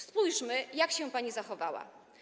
Spójrzmy, jak się pani zachowała.